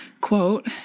Quote